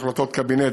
החלטות קבינט,